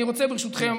אני רוצה ברשותכם,